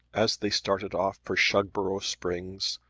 as they started off for shugborough springs,